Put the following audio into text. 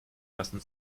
lassen